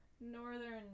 Northern